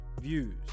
views